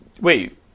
Wait